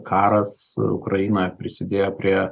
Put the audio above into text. karas ukrainoje prisidėjo prie